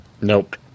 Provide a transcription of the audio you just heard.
nope